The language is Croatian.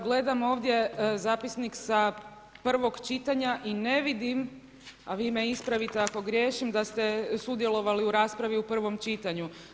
Gledam ovdje zapisnik sa prvog čitanja i ne vidim, a vi me ispravite ako griješim da ste sudjelovali u raspravi u prvom čitanju.